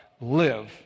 live